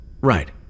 Right